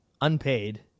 unpaid